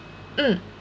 mm